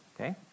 Okay